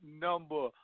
number